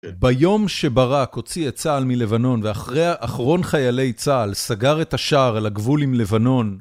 ביום שברק הוציא את צה"ל מלבנון ואחרון חיילי צה"ל סגר את השער על הגבול עם לבנון